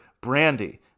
Brandy